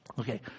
Okay